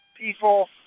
people